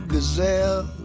Gazelle